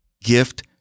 gift